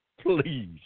please